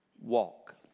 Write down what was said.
walk